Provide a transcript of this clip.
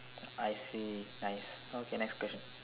I see nice okay next question